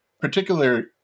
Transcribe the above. particular